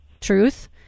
truth